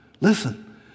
Listen